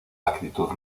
actitud